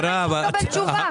למה אני לא מקבלת תשובה?